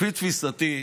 לפי תפיסתי,